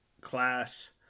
class